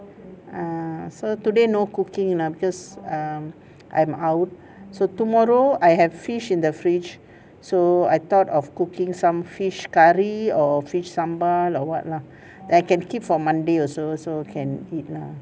uh so today no cooking lah because um I'm out so tomorrow I have fish in the fridge so I thought of cooking some fish curry or fish sambal or what lah then I can keep for monday also so can eat lah